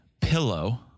pillow